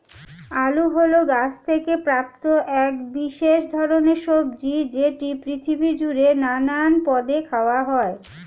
আলু হল গাছ থেকে প্রাপ্ত এক বিশেষ ধরণের সবজি যেটি পৃথিবী জুড়ে নানান পদে খাওয়া হয়